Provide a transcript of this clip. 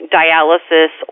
dialysis